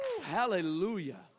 Hallelujah